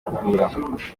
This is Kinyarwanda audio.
kuvura